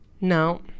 No